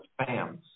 spams